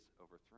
overthrown